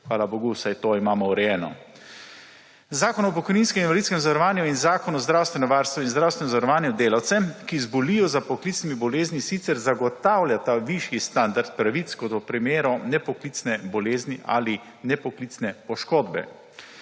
Hvala bogu, vsaj to imamo urejeno. Zakon o pokojninskem in invalidskem zavarovanju in Zakon o zdravstvenem varstvu in zdravstvenem zavarovanju delavcem, ki zbolijo za poklicnimi boleznimi, sicer zagotavljata višji standard pravic kot v primeru nepoklicne bolezni ali nepoklicne poškodbe,